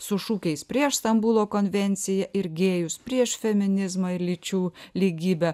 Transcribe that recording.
su šūkiais prieš stambulo konvenciją ir gėjus prieš feminizmą ir lyčių lygybę